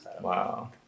Wow